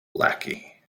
lackey